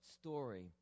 story